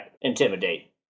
intimidate